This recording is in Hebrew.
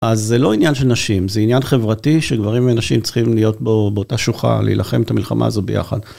אז זה לא עניין של נשים, זה עניין חברתי שגברים ונשים צריכים להיות באותה שוכה, להילחם את המלחמה הזו ביחד.